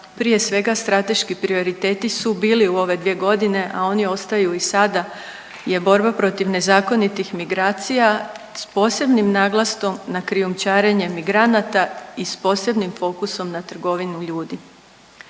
prije svega strateški prioriteti su bili u ove 2.g., a oni ostaju i sada, je borba protiv nezakonitih migracija s posebnim naglaskom na krijumčarenje migranata i s posebnim fokusom na trgovinu ljudima.